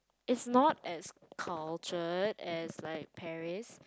it's not as cultured as like Paris